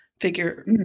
figure